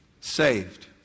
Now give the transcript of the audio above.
saved